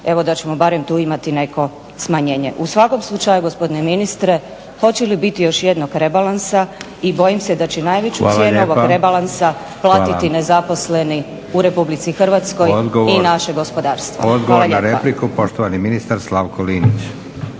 evo da ćemo barem tu imati neko smanjenje. U svakom slučaju gospodine ministre hoće li biti još jednog rebalansa? I bojim se da će najveću cijenu ovog rebalansa platiti nezaposleni u RH i naše gospodarstvo. **Leko, Josip (SDP)** Hvala lijepa. Odgovor na repliku, poštovani ministar Slavko Linić.